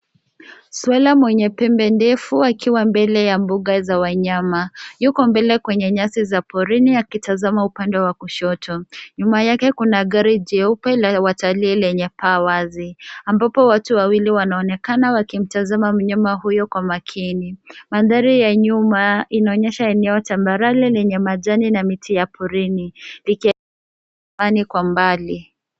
Swara mwenye pembe ndefu akiwa mbele ya mbuga za wanyama. Yuko mbele kwenye nyasi za porini akitazama upande wa kushoto. Nyuma yake kuna gari jeupe la watalii lenye paa wazi ambapo watu wawili wanaonekana wakimtazama myama huyo kwa makini. Mandhari ya nyuma inaonyesha eneo tambarale lenye majani na miti ya porini kwa mbali.